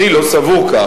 אני לא סבור כך,